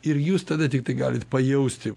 ir jūs tada tiktai galit pajausti